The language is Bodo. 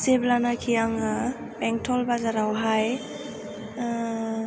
जेब्लानोखि आङो बेंतल बाजारावहाय